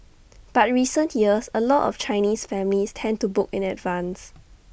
but recent years A lot of Chinese families tend to book in advance